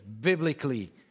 biblically